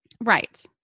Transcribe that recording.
Right